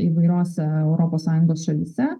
įvairiose europos sąjungos šalyse